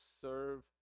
serve